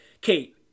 Kate